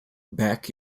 beck